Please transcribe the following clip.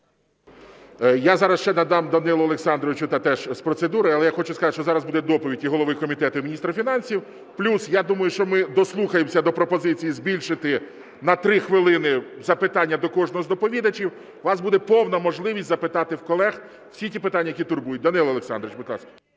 Я зараз ще надам Данилу Олександровичу теж з процедури. Але я хочу сказати, що зараз буде доповідь і голови комітету, і міністра фінансів. Плюс, я думаю, що ми дослухаємося до пропозиції збільшити на 3 хвилини запитання до кожного з доповідачів. У вас буде повна можливість запитати в колег всі ті питання, які турбують. Данило Олександрович, будь ласка.